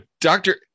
Doctor